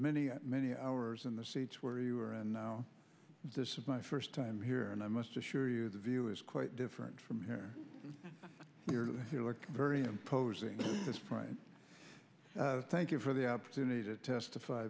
many many hours in the seats where you were and now this is my first time here and i must assure you the view is quite different from here very imposing this front thank you for the opportunity to testify